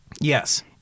Yes